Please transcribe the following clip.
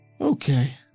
Okay